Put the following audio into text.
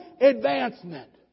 advancement